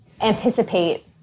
anticipate